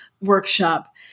workshop